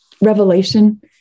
revelation